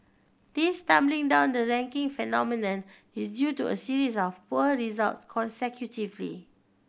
this tumbling down the ranking phenomenon is due to a series of poor result consecutively